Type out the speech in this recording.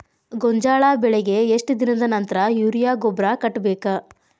ಗೋಂಜಾಳ ಬೆಳೆಗೆ ಎಷ್ಟ್ ದಿನದ ನಂತರ ಯೂರಿಯಾ ಗೊಬ್ಬರ ಕಟ್ಟಬೇಕ?